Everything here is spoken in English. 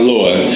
Lord